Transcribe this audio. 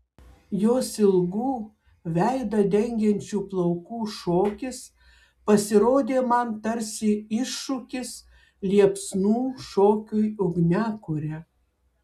jos ilgų veidą dengiančių plaukų šokis pasirodė man tarsi iššūkis liepsnų šokiui ugniakure